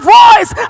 voice